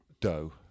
dough